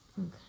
Okay